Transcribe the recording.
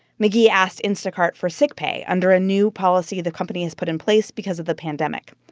mcghee asked instacart for sick pay under a new policy the company has put in place because of the pandemic,